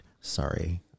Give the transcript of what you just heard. sorry